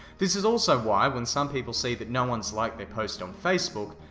this is also why when some people see that no one has liked their post on facebook,